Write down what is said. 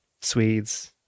Swedes